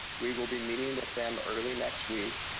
we will be meeting with them early next week,